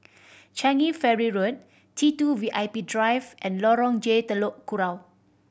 Changi Ferry Road T Two V I P Drive and Lorong J Telok Kurau